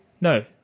No